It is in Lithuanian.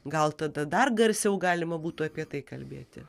gal tada dar garsiau galima būtų apie tai kalbėti